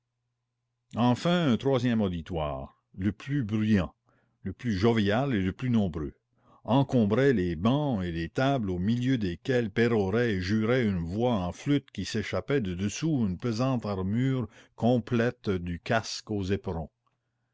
enfin un troisième auditoire le plus bruyant le plus jovial et le plus nombreux encombrait les bancs et les tables au milieu desquels pérorait et jurait une voix en flûte qui s'échappait de dessous une pesante armure complète du casque aux éperons